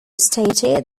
stated